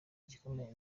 gikomeye